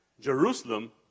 Jerusalem